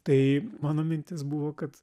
tai mano mintis buvo kad